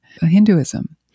Hinduism